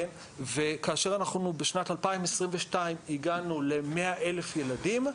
כאשר אנחנו בשנת 2022 הגענו ל-100,000 ילדים,